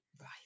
Right